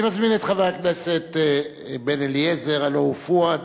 אני מזמין את חבר הכנסת בן-אליעזר, הלוא הוא פואד,